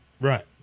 Right